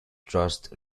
trust